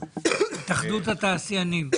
התאחדות התעשיינים.